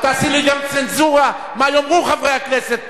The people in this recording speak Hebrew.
את תעשי לי גם צנזורה מה יאמרו חברי הכנסת פה?